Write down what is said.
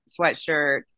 sweatshirt